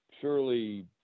surely